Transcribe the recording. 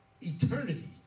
Eternity